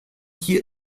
hier